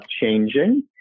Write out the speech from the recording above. changing